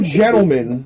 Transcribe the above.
gentlemen